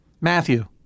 Matthew